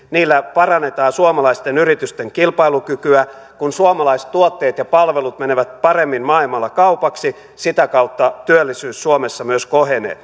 parannetaan suomalaisten yritysten kilpailukykyä kun suomalaiset tuotteet ja palvelut menevät paremmin maailmalla kaupaksi sitä kautta työllisyys suomessa myös kohenee